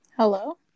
Hello